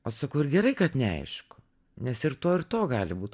o sakau ir gerai kad neaišku nes ir to ir to gali būt